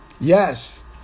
Yes